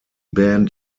band